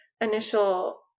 initial